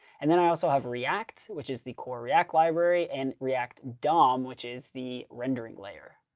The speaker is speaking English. and then i also have react, which is the core react library and react dom, which is the rendering layer.